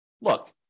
look